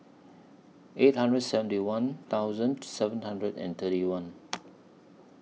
eight hundred seventy one thousand seven hundred and thirty one